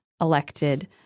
elected